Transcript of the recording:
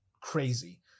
crazy